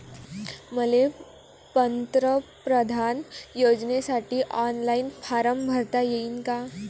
मले पंतप्रधान योजनेसाठी ऑनलाईन फारम भरता येईन का?